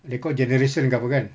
they call generation ke apa kan